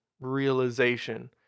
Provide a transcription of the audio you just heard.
realization